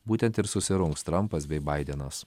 būtent ir susirungs trampas bei baidenas